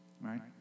right